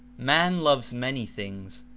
man loves many things,